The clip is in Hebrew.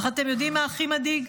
אך אתם יודעים מה הכי מדאיג?